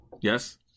yes